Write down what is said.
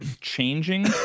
changing